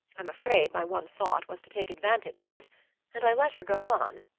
i'm afraid my one thought was to take advantage of it and i let her go on,